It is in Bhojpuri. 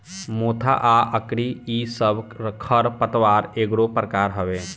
मोथा आ अकरी इ सब खर पतवार एगो प्रकार हवे